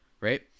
right